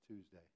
Tuesday